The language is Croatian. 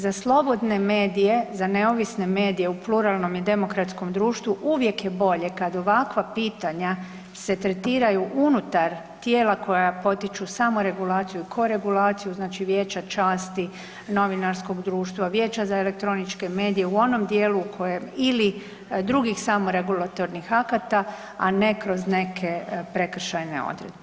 Za slobodne medije, za neovisne medije u pluralnom i demokratskom društvu uvijek je bolje kad ovakva pitanja se tretiraju unutar tijela koja potiču samoregulaciju, koregulaciju, znači Vijeća časti, novinarskog društva, Vijeća za elektroničke medije u onom dijelu u kojem ili drugih samoregulatornih akata, a ne kroz neke prekršajne odredbe.